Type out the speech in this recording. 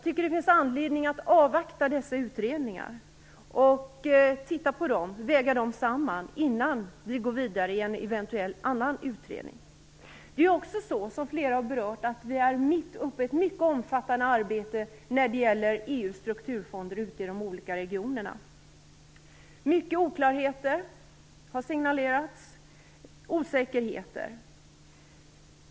Det finns anledning att avvakta dessa utredningar, att titta på dem och väga dem samman innan vi går vidare i en eventuellt annan utredning. Det är också så, som flera har berört, att vi är mitt uppe i ett mycket omfattande arbete när det gäller EU:s strukturfonder ute i de olika regionerna. Många oklarheter och osäkerheter har signalerats.